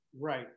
Right